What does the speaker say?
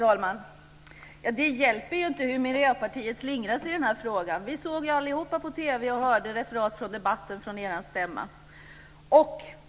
Herr talman! Det hjälper inte hur Miljöpartiet slingrar sig i den här frågan. Vi såg allihop på TV och hörde det från debatten på er stämma.